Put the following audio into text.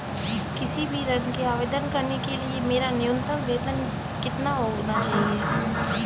किसी भी ऋण के आवेदन करने के लिए मेरा न्यूनतम वेतन कितना होना चाहिए?